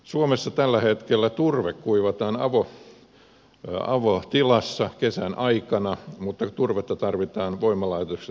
suomessa tällä hetkellä turve kuivataan avotilassa kesän aikana mutta turvetta tarvitaan voimalaitoksissa ympäri vuoden